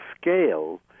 scale